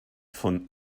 von